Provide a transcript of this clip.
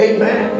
Amen